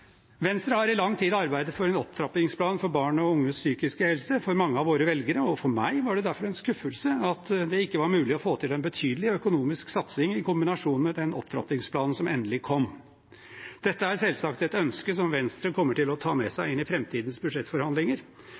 Venstre har i lang tid arbeidet for en opptrappingsplan for barn og unges psykiske helse. For mange av våre velgere, og for meg, var det derfor en skuffelse at det ikke var mulig å få til en betydelig økonomisk satsing i kombinasjon med den opptrappingsplanen som endelig kom. Dette er selvsagt et ønske som Venstre kommer til å ta med seg inn i framtidens budsjettforhandlinger.